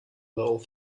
little